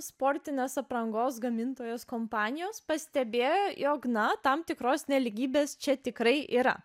sportinės aprangos gamintojos kompanijos pastebėjo jog na tam tikros nelygybės čia tikrai yra